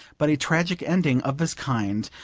but a tragic ending of this kind,